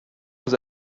vous